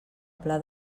pla